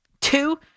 Two